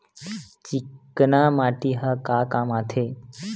चिकना माटी ह का काम आथे?